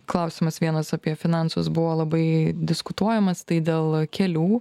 klausimas vienas apie finansus buvo labai diskutuojamas tai dėl kelių